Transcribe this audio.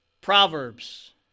Proverbs